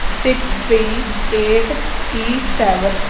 six three eight E seven